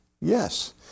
Yes